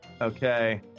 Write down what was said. Okay